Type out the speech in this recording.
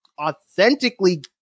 authentically